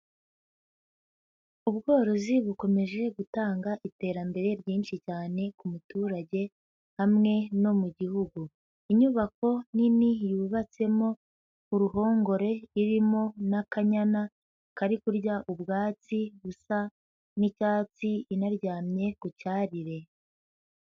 Ubworozi bukomeje gutanga iterambere ryinshi cyane ku muturage hamwe no mu gihugu, inyubako nini yubatsemo uruhongore irimo n'akanyana kari kurya ubwatsi busa n'icyatsi inaryamye ku cyarire.